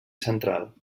central